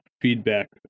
feedback